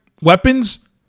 weapons